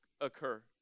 occur